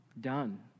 done